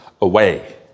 away